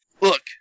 Look